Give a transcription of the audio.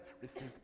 received